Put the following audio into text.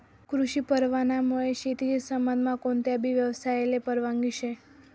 कृषी परवानामुये शेतीशी संबंधमा कोणताबी यवसायले परवानगी शे